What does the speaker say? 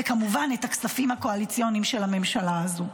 וכמובן את הכספים הקואליציוניים של הממשלה הזו.